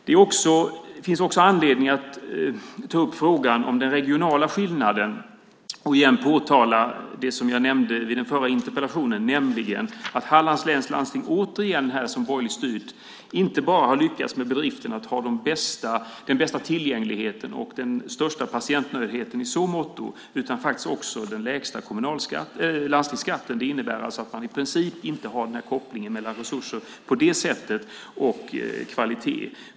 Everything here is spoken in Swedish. Det finns också anledning att ta upp frågan om den regionala skillnaden och igen påtala det som jag nämnde vid den förra interpellationen, nämligen att Hallands läns landsting - återigen som borgerligt styrt - inte bara har lyckats med bedriften att ha den bästa tillgängligheten och den största patientnöjdheten i så måtto utan också den lägsta landstingsskatten. Det innebär att man i princip inte har kopplingen mellan resurser på det sättet och kvalitet.